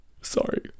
Sorry